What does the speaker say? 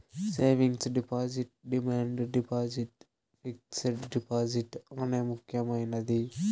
savings deposit demand deposit fixed deposit అనే ముక్యమైనది